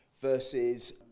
versus